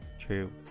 True